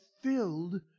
filled